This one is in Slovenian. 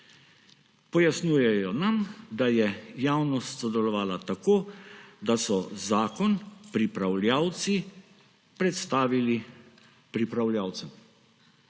Pojasnjujejo nam, da je javnost sodelovala tako, da so zakon pripravljavci predstavili pripravljavcem.